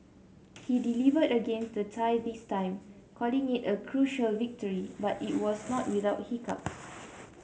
he delivered against the Thai this time calling it a crucial victory but it was not without hiccups